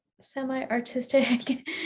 semi-artistic